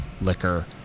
liquor